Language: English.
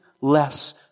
less